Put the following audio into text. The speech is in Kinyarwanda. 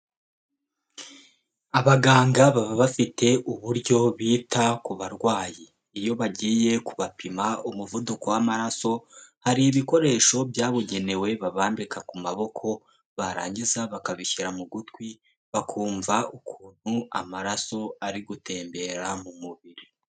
Abaganga baba bafite uburyo bita ku barwayi. Iyo bagiye kubapima umuvuduko w'amaraso, hari ibikoresho byabugenewe babambika ku maboko, barangiza bakabishyira mu gutwi, bakumva ukuntu amaraso ari gutembera mu mubiri.